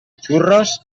xurros